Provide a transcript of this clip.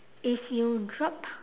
if you dropped